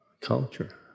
culture